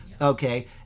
okay